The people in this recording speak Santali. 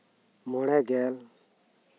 ᱢᱚᱬᱮ ᱜᱮᱞ